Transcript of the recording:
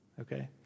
Okay